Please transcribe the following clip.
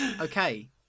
Okay